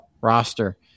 roster